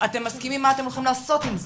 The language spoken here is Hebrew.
אתם מסכימים אבל מה אתם הולכים לעשות עם זה?